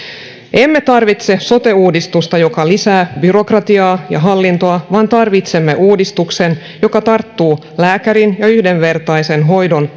emme tarvitse sote uudistusta joka lisää byrokratiaa ja hallintoa vaan tarvitsemme uudistuksen joka tarttuu lääkärin ja yhdenvertaisen hoidon